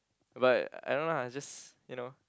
but I don't know lah I just you know